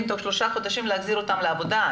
תוך שלושה חודשים להחזיר אותם לעבודה,